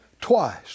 twice